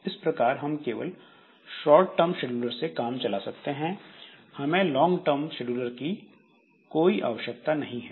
इस प्रकार हम केवल शॉर्ट टर्म शेड्यूलर से काम चला सकते हैं हमें लॉन्ग टर्म शेड्यूलर की कोई आवश्यकता नहीं है